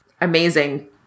amazing